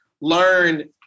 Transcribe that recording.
learn